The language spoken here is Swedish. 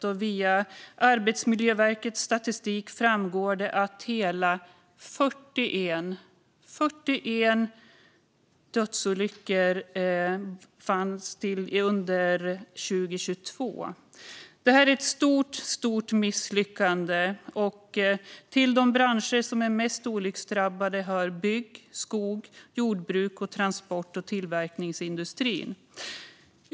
Av Arbetsmiljöverkets statistik framgår det att hela 41 dödsolyckor skedde under 2022. Detta är ett stort misslyckande. Till de branscher som är mest olycksdrabbade hör bygg, skogsbruk, jordbruk, transport och tillverkningsindustri.